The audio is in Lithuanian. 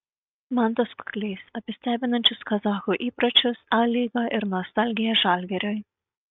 mantas kuklys apie stebinančius kazachų įpročius a lygą ir nostalgiją žalgiriui